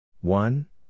One